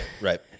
Right